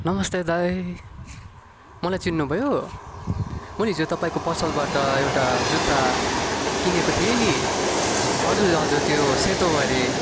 नमस्ते दाइ मलाई चिन्नुभयो मैले हिजो तपाईँको पसलबाट एउटा जुत्ता किनेको थिएँ नि हजुर हजुर त्यो सेतो अरे